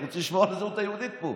אנחנו רוצים לשמור על הזהות היהודית פה.